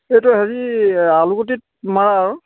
এইটো হেৰি আলুগুটিত মাৰা আৰু